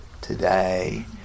today